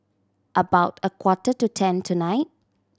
about a quarter to ten tonight